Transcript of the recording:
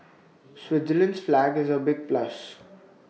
Switzerland's flag is A big plus